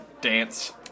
Dance